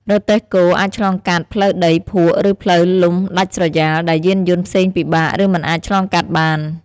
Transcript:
រទេះគោអាចឆ្លងកាត់ ផ្លូវដី ភក់ ឬផ្លូវលំដាច់ស្រយាល ដែលយានយន្តផ្សេងពិបាក ឬមិនអាចឆ្លងកាត់បាន ។